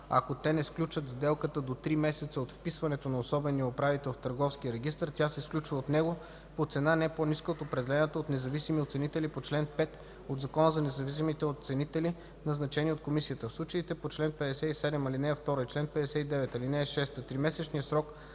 „Ако те не сключат сделката до три месеца от вписването на особения управител в търговския регистър, тя се сключва от него по цена не по-ниска от определената от независими оценители по чл. 5 от Закона за независимите оценители, назначени от комисията. В случаите по чл. 57, ал.2 и чл. 59, ал. 6 тримесечният срок